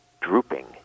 drooping